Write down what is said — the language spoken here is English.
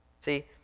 See